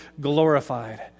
glorified